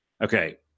Okay